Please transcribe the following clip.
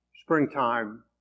springtime